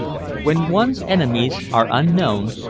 when one's enemies are unknown,